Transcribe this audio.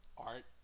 Art